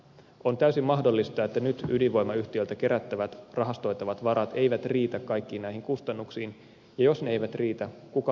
on täysin mahdollista että nyt ydinvoimayhtiöiltä kerättävät rahastoitavat varat eivät riitä kaikkiin näihin kustannuksiin ja jos ne eivät riitä kuka laskun maksaa